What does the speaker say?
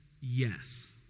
yes